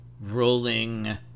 rolling